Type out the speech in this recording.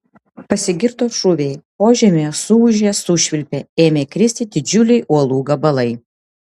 pasigirdo šūviai požemyje suūžė sušvilpė ėmė kristi didžiuliai uolų gabalai